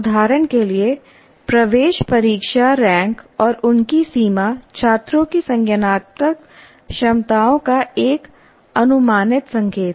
उदाहरण के लिए प्रवेश परीक्षा रैंक और उनकी सीमा छात्रों की संज्ञानात्मक क्षमताओं का एक अनुमानित संकेत है